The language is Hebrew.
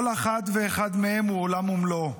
כל אחת ואחד מהם הוא עולם ומלואו.